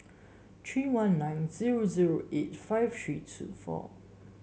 three one nine zero zero eight five three two four